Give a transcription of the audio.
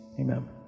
Amen